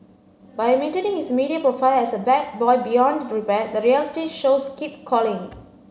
by maintaining his media profile as a bad boy beyond repair the reality shows keep calling